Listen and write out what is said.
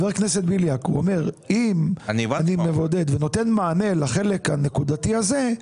הוא אומר שאם הוא מבודד ונותן מענה לחלק הנקודתי הזה,